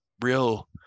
real